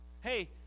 hey